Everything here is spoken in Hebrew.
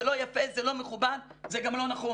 זה לא יפה, זה לא מכובד, זה גם לא נכון.